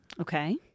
Okay